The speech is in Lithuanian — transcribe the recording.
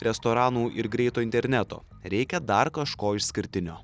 restoranų ir greito interneto reikia dar kažko išskirtinio